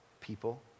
people